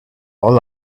all